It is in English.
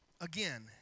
again